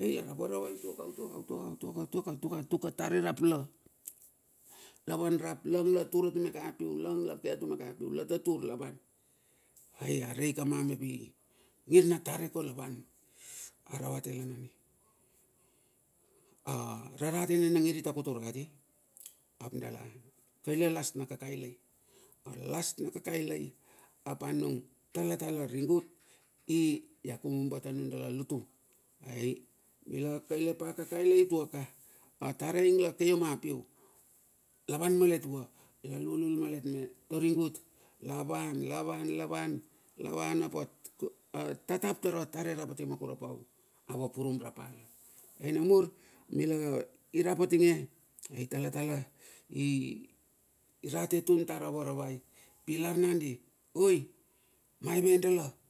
ailar avaravai utua ka tuk a tare rap la van rap lang latur atume piu, lang la ke atume ka piu lata tur lavan ai arei ka ma mepi ngir na tare kol la van aravate la nanoi ararate nina ngir i takutur kati, ap dala kaile a las na kakailai alas na kakailai ap anung talatala rigut ia kumbu bat anundala lotu ai mila kaille pa. Atare ing lake atumeka piu, la lulul malet me toringut lavan lavan tataptare rapatia makapau. tala irate tun tar a var avai.